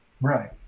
Right